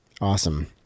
Awesome